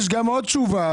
יש גם עוד תשובה.